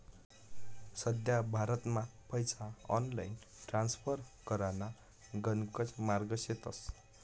सध्या भारतमा पैसा ऑनलाईन ट्रान्स्फर कराना गणकच मार्गे शेतस